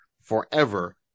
forever